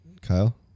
Kyle